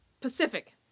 Pacific